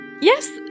Yes